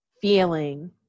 feeling